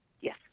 Yes